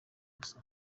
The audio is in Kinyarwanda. ubusa